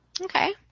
Okay